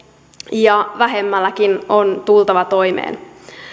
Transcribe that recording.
ja vähemmälläkin on tultava toimeen